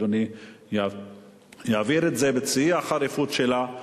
אדוני יעביר את זה בשיא החריפות שלה,